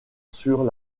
sur